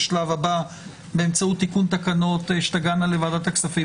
בשלב הבא באמצעות תיקון תקנות שתגענה לוועדת הכספים.